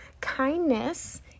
Kindness